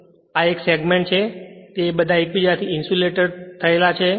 અને આ એક સેગમેન્ટ છે અને તે બધા એકબીજાથી અલગ ઇન્સ્યુલેટેડ થયેલા છે